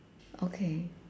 okay